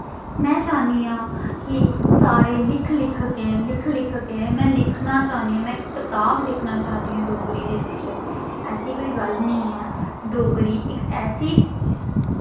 में चाह्नी आं कि सीरे लिख लिख के लिख लिख के में लिखने चाह्नी आं में कताब लिखना चाह्नी आं डोगरी दे बिच्च ऐसी कोई गल्ल निं ऐ डोगरी इक ऐसी